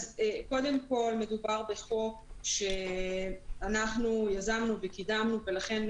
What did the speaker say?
מדובר בחוק שאנחנו יזמנו וקידמנו ולכן,